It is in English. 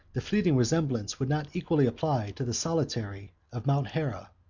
the fleeting resemblance would not equally apply to the solitary of mount hera,